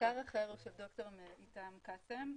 --- אחר הוא של ד"ר היתאם קאסם,